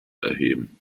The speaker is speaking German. erheben